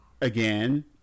again